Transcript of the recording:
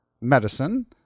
medicine